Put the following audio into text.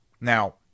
Now